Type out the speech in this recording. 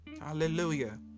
Hallelujah